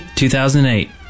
2008